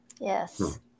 Yes